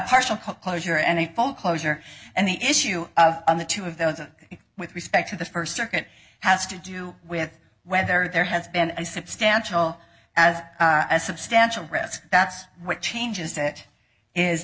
partial closure and a full closure and the issue of the two of those with respect to the first circuit has to do with whether there has been a substantial as a substantial risk that's what changes it is